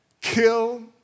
kill